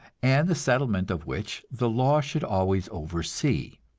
and the settlement of which the law should always oversee.